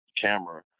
camera